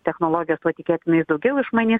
technologijos tuo tikėtinai jis daugiau išmanys